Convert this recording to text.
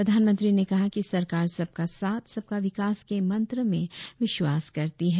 प्रधानमंत्री ने कहा कि सरकार सबका साथ सबका विकास के मंत्र में विश्वास करती है